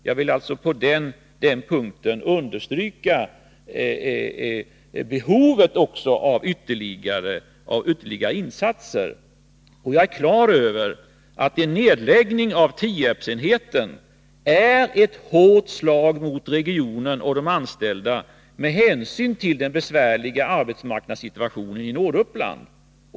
Jag vill på den punkten även understryka behovet av ytterligare insatser. Jag är klar över att en nedläggning av Tierpsenheten är ett hårt slag mot regionen och löntagarna där med hänsyn till den besvärliga arbetsmarknadssituationen i Norduppland.